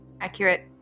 Accurate